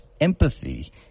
empathy